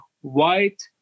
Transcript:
white